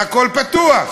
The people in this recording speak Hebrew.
והכול פתוח.